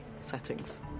settings